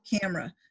camera